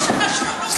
מי שחשוד פה,